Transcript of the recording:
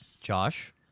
Josh